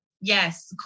Yes